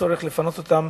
צריך לפנות אותם